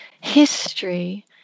history